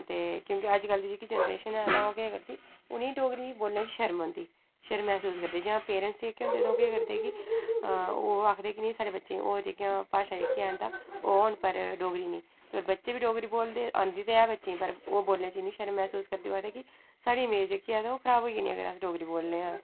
ते क्योंकि अजकल दी जेह्की जेनरेशन ऐ ता ओह् केह् करदी उनेंगी डोगरी बोलने च शर्म औंदी शर्म महसूस करदे या पेरेंट्स जेह्के होंदे ओह् केह् करदे कि ओह् आखदे कि नेई साढ़े बच्चे होर जेह्कियां भाशा जेह्कियां हैन तां ओह् होन पर डोगरी नी बच्चे बी डोगरी बोलदे औंदी ते है बच्चें गी पर ओह् बोलने च इन्नी शर्म महसूस करदे ओह् आखदे कि साढ़ी इमेज जेह्की ऐ ओह् खराब होई जानी जे अगर अस्स डोगरी बोलने आं